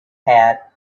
had